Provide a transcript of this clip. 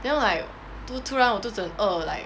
then 我 like 突突然我肚子饿 like